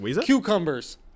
Cucumbers